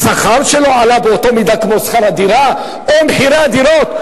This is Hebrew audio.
השכר שלו עלה באותה מידה כמו שכר הדירה או מחירי הדירות?